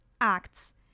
acts